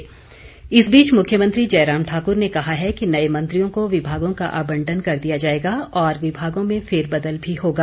मुख्यमंत्री इस बीच मुख्यमंत्री जयराम ठाकुर ने कहा है कि नए मंत्रियों को विमागों का आबंटन कर दिया जाएगा और विभागों में फेरबदल भी होगा